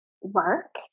work